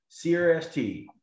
CRST